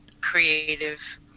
creative